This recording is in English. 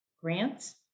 grants